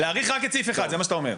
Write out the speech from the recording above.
להאריך רק את סעיף 1 זה מה שאתה אומר.